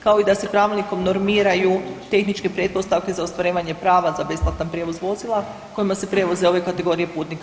Kao i da se pravilnikom normiraju tehničke pretpostavke za ostvarivanje prava za besplatan prijevoz vozila kojima se prevoze ove kategorije putnika.